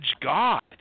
God